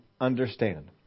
understand